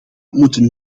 moeten